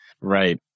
Right